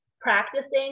practicing